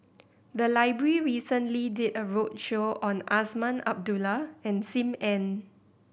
the library recently did a roadshow on Azman Abdullah and Sim Ann